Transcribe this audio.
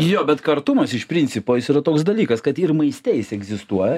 jo bet kartumas iš principo jis yra toks dalykas kad maiste jis egzistuoja